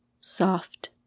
soft